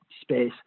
space